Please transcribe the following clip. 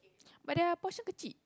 but their portion kecil